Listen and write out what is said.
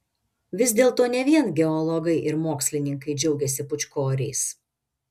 vis dėlto ne vien geologai ir mokslininkai džiaugiasi pūčkoriais